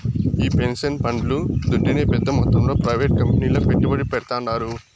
ఈ పెన్సన్ పండ్లు దుడ్డునే పెద్ద మొత్తంలో ప్రైవేట్ కంపెనీల్ల పెట్టుబడి పెడ్తాండారు